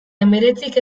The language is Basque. hemeretzik